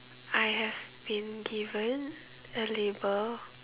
I have been given a label